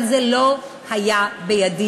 אבל זה לא היה בידי,